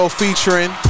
featuring